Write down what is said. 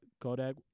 Kodak